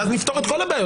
ואז נפתור את כל הבעיות.